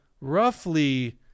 roughly